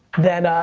then,